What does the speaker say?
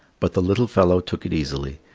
but the little fellow took it easily,